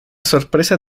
sorpresa